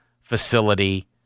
facility